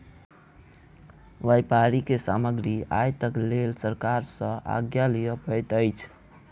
व्यापारी के सामग्री आयातक लेल सरकार सॅ आज्ञा लिअ पड़ैत अछि